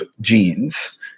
genes